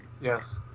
Yes